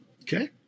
Okay